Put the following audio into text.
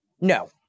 No